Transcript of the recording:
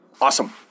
awesome